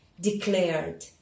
declared